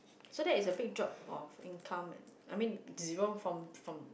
so that is the big job of income I mean zero from from